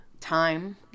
time